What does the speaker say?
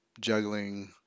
juggling